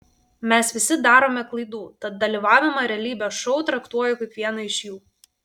mes visi darome klaidų tad dalyvavimą realybės šou traktuoju kaip vieną iš jų